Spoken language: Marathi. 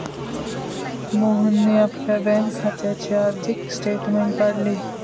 मोहनने आपल्या बँक खात्याचे आर्थिक स्टेटमेंट काढले